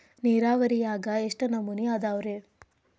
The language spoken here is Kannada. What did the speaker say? ನೇರಾವರಿಯಾಗ ಎಷ್ಟ ನಮೂನಿ ಅದಾವ್ರೇ?